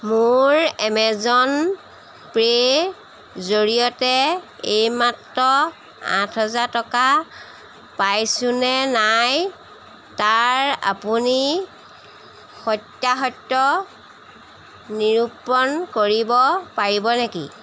মোৰ Amazon Pay জৰিয়তে এইমাত্ৰ আঠ হাজাৰ টকা পাইছোঁ নে নাই তাৰ আপুনি সত্যাসত্য নিৰূপণ কৰিব পাৰিব নেকি